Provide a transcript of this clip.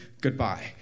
goodbye